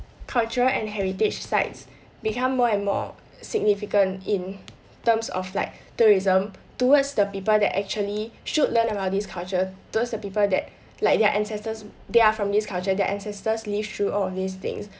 cultural and heritage sites become more and more significant in terms of like tourism towards the people that actually should learn about this culture those are the people that like their ancestors they are from this culture their ancestors lived through all of these things